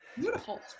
Beautiful